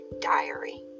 Diary